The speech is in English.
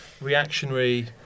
reactionary